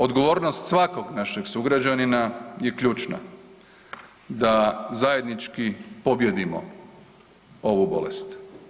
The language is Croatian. Odgovornost svakog našeg sugrađanina je ključna da zajednički pobijedimo ovu bolest.